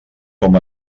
com